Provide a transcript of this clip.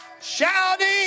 shouting